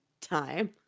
time